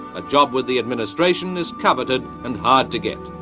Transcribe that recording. a job with the administration is coveted and hard to get.